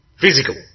Physical